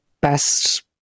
best